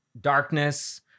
darkness